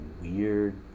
weird